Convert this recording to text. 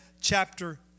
chapter